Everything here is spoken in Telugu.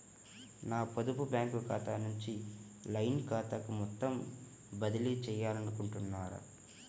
నా పొదుపు బ్యాంకు ఖాతా నుంచి లైన్ ఖాతాకు మొత్తం బదిలీ చేయాలనుకుంటున్నారా?